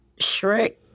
Shrek